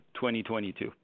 2022